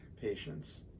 patients